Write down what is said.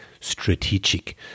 strategic